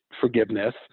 forgiveness